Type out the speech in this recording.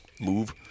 move